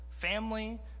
family